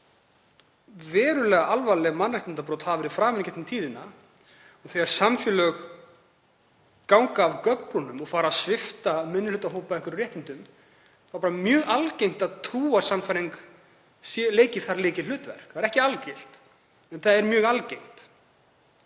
þegar verulega alvarleg mannréttindabrot hafa verið framin í gegnum tíðina. Þegar samfélög ganga af göflunum og fara að svipta minnihlutahópa einhverjum réttindum er það bara mjög algengt að trúarsannfæring leiki þar lykilhlutverk. Það er ekki algilt en það er mjög algengt.